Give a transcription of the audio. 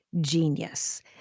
genius